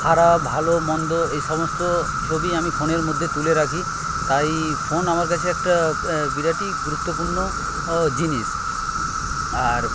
খারাপ ভালো মন্দ এই সমস্ত ছবি আমি ফোনের মধ্যে তুলে রাখি তাই ফোন আমার কাছে একটা বিরাটই গুরুত্বপূর্ণ জিনিস আর